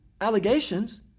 allegations